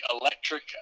electric